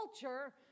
culture